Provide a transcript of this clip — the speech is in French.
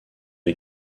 les